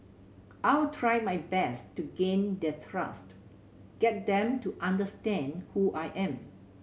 I'll try my best to gain their trust get them to understand who I am